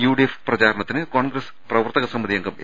UDF പ്രചാരണത്തിന് കോൺഗ്രസ് പ്രവർത്തക സമിതി അംഗം എ